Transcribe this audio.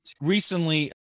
recently